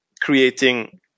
creating